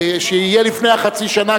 שיהיה לפני החצי שנה,